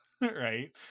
right